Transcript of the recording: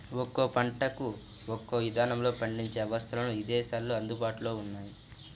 ఒక్కో పంటకు ఒక్కో ఇదానంలో పండించే అవస్థలు ఇదేశాల్లో అందుబాటులో ఉన్నయ్యి